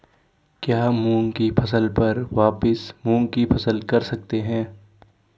क्या मूंग की फसल पर वापिस मूंग की फसल कर सकते हैं?